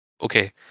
Okay